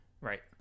Right